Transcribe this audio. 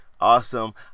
awesome